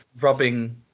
rubbing